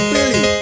Billy